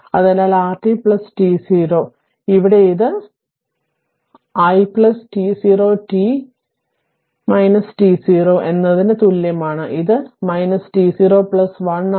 അതിനാൽ rt t0 അതിനാൽ ഇവിടെ അത് isourt t0 t tourt0 എന്നതിന് തുല്യമാണ് ഇത് t0 1 ആണ്